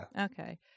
Okay